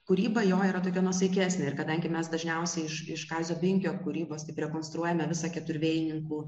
kūryba jo yra tokia nuosaikesnė ir kadangi mes dažniausiai iš kazio binkio kūrybos rekonstruojame visą keturvėjininkų